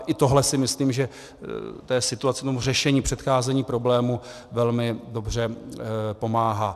I tohle si myslím, že té situaci nebo řešení, předcházení problémů velmi dobře pomáhá.